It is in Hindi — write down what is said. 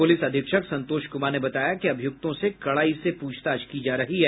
पुलिस अधीक्षक संतोष कुमार ने बताया कि अभियुक्तों से कड़ाई से प्रछताछ की जा रही है